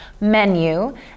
menu